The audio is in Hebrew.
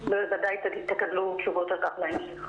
ובוודאי שתקבלו תשובות על כך בהמשך.